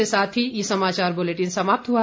इसी के साथ ये समाचार बुलेटिन समाप्त हुआ